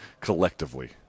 collectively